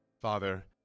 Father